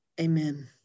amen